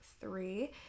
three